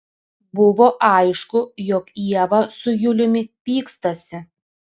buvo aišku jog ieva su juliumi pykstasi